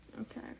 Okay